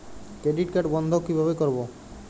Credit card বন্ধ কিভাবে করবো?